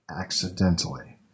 accidentally